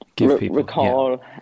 recall